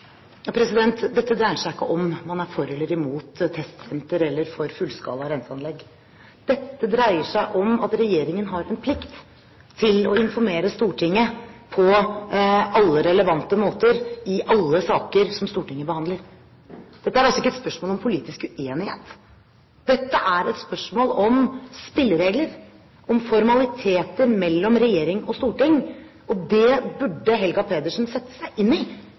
Dette dreier seg ikke om man er for eller imot testsenter eller fullskala renseanlegg. Dette dreier seg om at regjeringen har en plikt til å informere Stortinget på alle relevante måter i alle saker som Stortinget behandler. Dette er altså ikke et spørsmål om politisk uenighet. Dette er et spørsmål om spilleregler, om formaliteter mellom regjering og storting. Det burde Helga Pedersen sette seg inn i